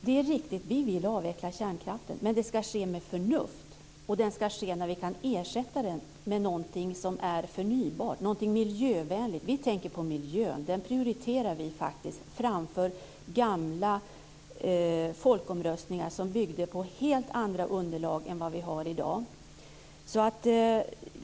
Det är riktigt att vi vill avveckla kärnkraften, men det ska med förnuft och det ska ske när vi kan ersätta den med något som är förnybart, något miljövänligt. Vi tänker på miljön. Den prioriterar vi faktiskt framför gamla folkomröstningar som byggde på helt andra underlag än de som vi har i dag.